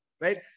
Right